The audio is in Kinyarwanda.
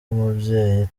umubyeyi